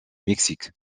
mexique